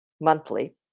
monthly